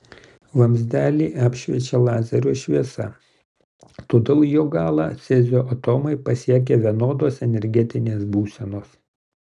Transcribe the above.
vamzdelį apšviečia lazerio šviesa todėl jo galą cezio atomai pasiekia vienodos energetinės būsenos